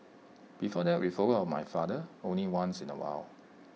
before that we followed my father only once in A while